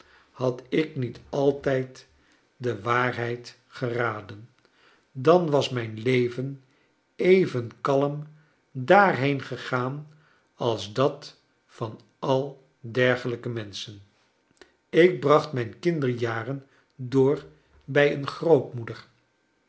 had ik niet altijd de waarheid geraden dan was mijn leven even kalm daarheen gegaan als dat van al ctergelijke menschen ik bracht mijn kinderjaren door bij een grootmoeder